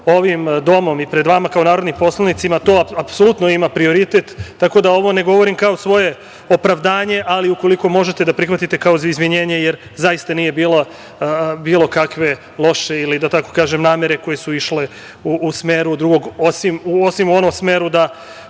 ovim domom i pred vama kao narodnim poslanicima to apsolutno ima prioritet, tako da ovo ne govorim kao svoje opravdanje, ali ukoliko možete da prihvatite kao za izvinjenje, jer zaista nije bilo kakve loše namere koje su išle u drugom smeru, osim u onom smeru da